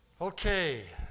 Okay